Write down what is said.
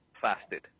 fasted